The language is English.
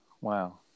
Wow